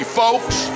folks